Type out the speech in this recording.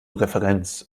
referenz